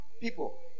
people